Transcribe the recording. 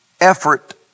Effort